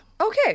Okay